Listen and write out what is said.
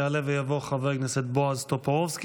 יעלה ויבוא חבר הכנסת בועז טופורובסקי.